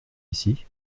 ici